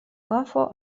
kafo